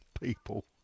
people